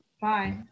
Bye